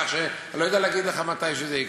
כך שאני לא יודע להגיד לך מתי זה יקרה.